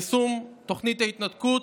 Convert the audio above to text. חוק יישום תוכנית ההתנקות